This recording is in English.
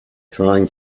trying